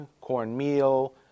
cornmeal